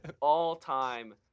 all-time